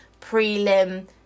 prelim